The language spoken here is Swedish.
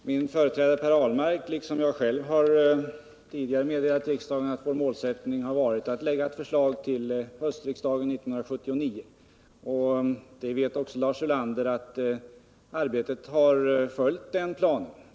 Herr talman! Min företrädare Per Ahlmark liksom jag själv har tidigare meddelat riksdagen att vår målsättning varit att framlägga ett förslag till 35 höstriksdagen 1978. Lars Ulander vet också att arbetet har följt den planen.